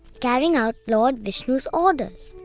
carrying out lord vishnu's orders.